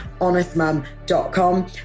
HonestMum.com